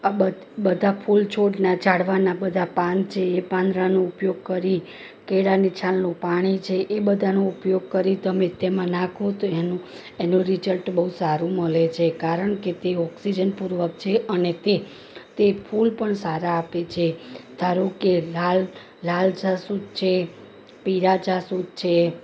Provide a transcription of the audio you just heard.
આ બધાં ફૂલ છોડના ઝાડવાંના બધા પાન છે એ પાંદડાંનો ઉપયોગ કરી કેળાંની છાલનું પાણી છે એ બધાનું ઉપયોગ કરી તમે તેમાં નાખો તો એનું એનું રિઝટ બહુ સારું મળે છે કારણ કે તે ઑક્સીજનપૂર્વક છે અને તે તે ફૂલ પણ સારા આપે છે ધારો કે લાલ લાલ જાસૂદ છે પીળા જાસૂદ છે